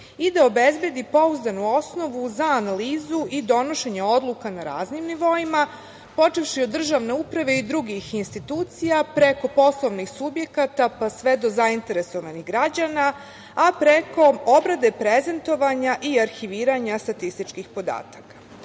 i da obezbedi pouzdanu osnovu za analizu i donošenje odluka na raznim nivoima, počevši od državne uprave i drugih institucija, preko poslovnih subjekata, pa sve do zainteresovanih građana, a preko obrade prezentovanja i arhiviranja statističkih podataka. Danas